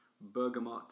bergamot